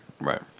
Right